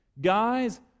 guys